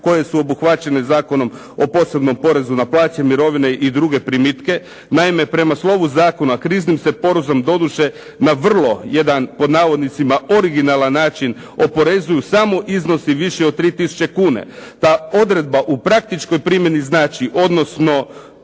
koje su obuhvaćene Zakonom o posebnom porezu na plaće, mirovine i druge primitke. Naime, prema slovu zakona kriznim se porezom doduše na vrlo jedan, pod navodnicima originalan način oporezuju samo iznosi viši od 3 tisuća kuna. Ta odredba u praktičkoj primjeni znači, odnosno